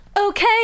Okay